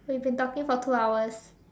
we've been talking for two hours